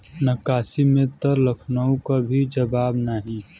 नक्काशी में त लखनऊ क भी जवाब नाही